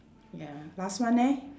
ya last one leh